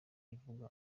ivuga